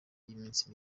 y’iminsi